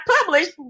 published